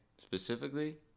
specifically